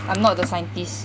I'm not the scientist